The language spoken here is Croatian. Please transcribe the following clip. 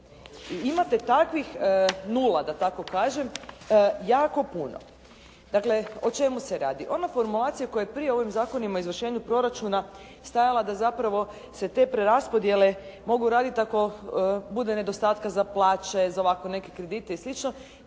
I imate takvih nula da tako kažem, jako puno. Dakle o čemu se radi? Ona formulacija koja je prije ovim zakonima o izvršenju proračuna stajala da zapravo se te preraspodjele mogu raditi ako bude nedostatka za plaće, za ovako neke kredite i sl.